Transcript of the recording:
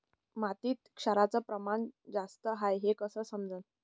मातीत क्षाराचं प्रमान जास्त हाये हे कस समजन?